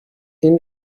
این